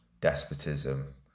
despotism